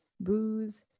booze